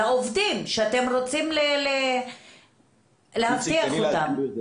לעובדים שאתם רוצים להבטיח אותם?